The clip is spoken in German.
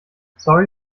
sorry